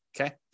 okay